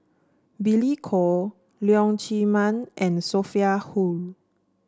Billy Koh Leong Chee Mun and Sophia Hull